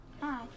Hi